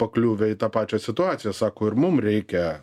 pakliuvę į tą pačią situaciją sako ir mum reikia